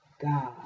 God